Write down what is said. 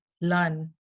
learn